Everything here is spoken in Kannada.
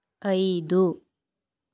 ಐದು